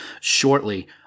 shortly